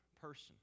person